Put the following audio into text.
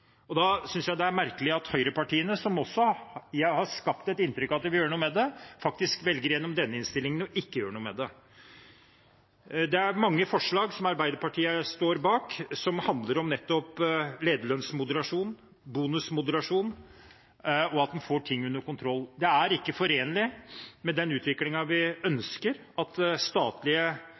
Da synes jeg det er merkelig at høyrepartiene, som også har skapt et inntrykk av at de vil gjøre noe med det, gjennom denne innstillingen faktisk velger ikke å gjøre noe med det. Arbeiderpartiet står bak mange forslag som handler om nettopp lederlønnsmoderasjon, bonusmoderasjon og å få ting under kontroll. Det er ikke forenlig med den utviklingen vi ønsker, at statlige